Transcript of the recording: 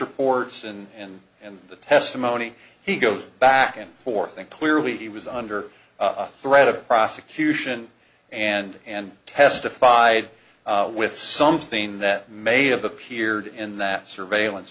reports and and the testimony he goes back and forth and clearly he was under threat of prosecution and and testified with something that may have appeared in that surveillance